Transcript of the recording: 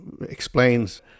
explains